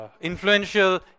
influential